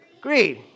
Greed